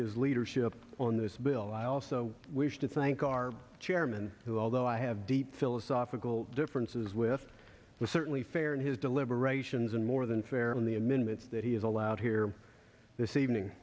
his leadership on this bill i also wish to thank our chairman who although i have deep philosophical differences with the certainly fair in his deliberations and more than fair in the amendments that he is allowed here this evening